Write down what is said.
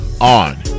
On